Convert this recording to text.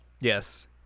Yes